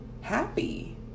happy